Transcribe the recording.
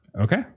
Okay